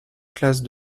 classe